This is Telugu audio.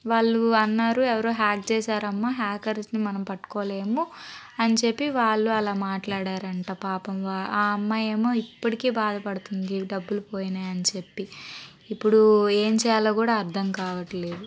వాళ్ళు అన్నారు ఎవరో హ్యాక్ చేశారు అమ్మ హ్యాకర్స్ని మనం పట్టుకోలేము అని చెప్పి వాళ్ళు అలా మాట్లాడారంట పాపం ఆ అమ్మాయి ఏమో ఇప్పటికే బాధపడుతుంది డబ్బులు పోయినాయి అని చెప్పి ఇప్పుడు ఏం చేయాలో కూడా అర్థం కావట్లేదు